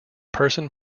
person